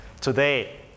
today